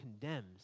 condemns